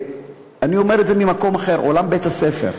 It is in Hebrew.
אני אומר את זה ממקום אחר, עולם בית-הספר.